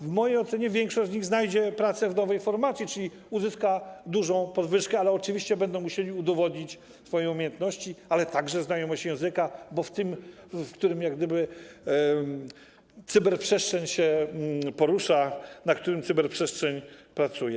W mojej ocenie większość z nich znajdzie pracę w nowej formacji, czyli uzyska dużą podwyżkę, ale oczywiście będą musieli udowodnić swoje umiejętności, a także znajomość języka, w którym jak gdyby cyberprzestrzeń się porusza, w którym cyberprzestrzeń pracuje.